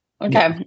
Okay